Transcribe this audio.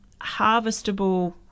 harvestable